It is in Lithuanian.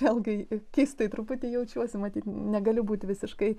vėlgi keistai truputį jaučiuosi matyt negaliu būti visiškai